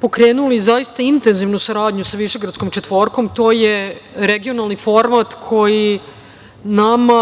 pokrenuli zaista intenzivnu saradnju sa Višegradskom četvorkom. To je regionalni format koji nama,